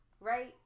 right